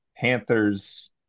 Panthers